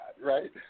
right